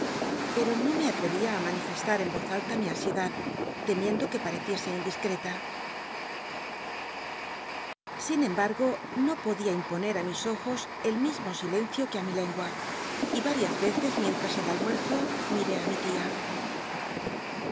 pel'll no me ali'cvia ü mani fcstm en voz alta mi an ietlad temiendo que pai'cticsc indiscreta sin embargo no podía imponer mis ojos el mismo silencio que á mi lengua y varias eres mientras el almuerzo miré á mi tia